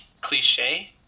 cliche